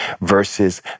versus